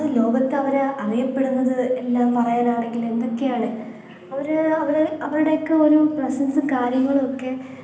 ലോകത്തവർ അറിയപ്പെടുന്നത് എല്ലാം പറയാനാണെങ്കിലും എന്തൊക്കെയാണ് അവർ അവർ അവരുടെയൊക്കെയൊരു പ്രസൻസും കാര്യങ്ങളുമൊക്കെ